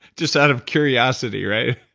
just out of curiosity, right?